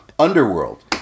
Underworld